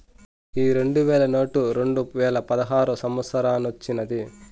ఈ రెండు వేల నోటు రెండువేల పదహారో సంవత్సరానొచ్చినాది